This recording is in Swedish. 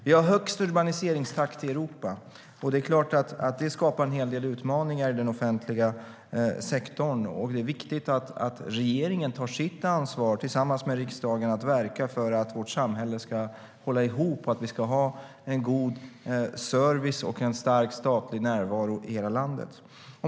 Vi har högst urbaniseringstakt i Europa. Det är klart att det skapar en hel del utmaningar i den offentliga sektorn. Det är viktigt att regeringen tar sitt ansvar tillsammans med riksdagen för att verka för att vårt samhälle ska hålla ihop och för att vi ska ha en god service och stark statlig närvaro i hela landet.